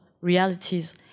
realities